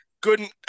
Good